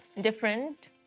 Different